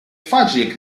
facile